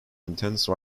intense